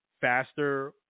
Faster